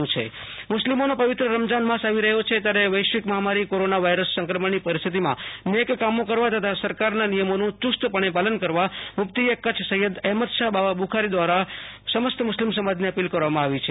આશતોષ અંતાણી કચ્છ મુફતી એ કચ્છ મુસ્લિમોનો પવિત્ર રમજાન માસ આવી રહ્યો છે ત્યારે વૈશ્વિક મહામારી કોરોના વાયરસ સંક્રમણની પરિસ્થિતિમાં નેક કામો કરવા તથા સરકારના નિયમોનું ચુસ્તપણે પાલન કરવા મુફતી એ કચ્છ સૈયદ અહેમદશા બાવા બુખારી દ્વારા સમસ્ત મુસ્લિમ સમાજને અપીલ કરવામાં આવી છે